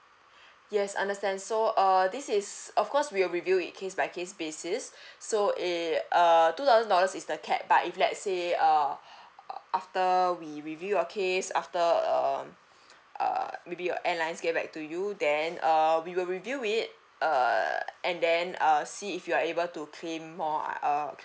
yes understand so err this is of course we will review it case by case basis so it err two thousand dollars is the cap but if let's say err after we review your case after um uh maybe your airlines get back to you then uh we will review it uh and then uh see if you are able to claim more uh